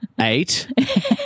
Eight